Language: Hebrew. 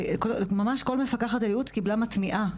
ממש כל מפקחת ייעוץ קיבלה מטמיעה,